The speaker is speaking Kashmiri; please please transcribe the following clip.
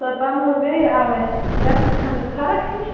تہٕ تَمہِ منٛز گٔے اَوَے رٮ۪تَس کھنٛڈَس فرق ہِش